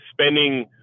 spending